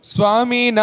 Swami